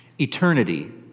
Eternity